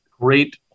Great